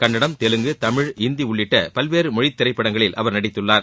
கள்ளடம் தெலுங்கு தமிழ் இந்தி உள்ளிட்ட பல்வேறு மொழி திரைப்படங்களில் அவர் நடித்துள்ளார்